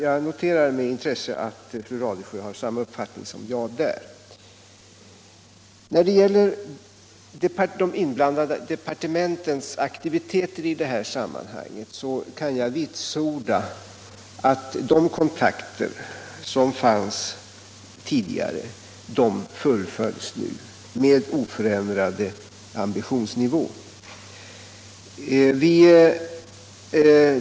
Jag noterar därför med intresse att fru Radesjö i den frågan har samma uppfattning som jag. När det gäller de inblandade departementens aktiviteter kan jag vitsorda att den kontaktverksamhet som fanns tidigare nu fullföljs med oförändrad ambitionsnivå.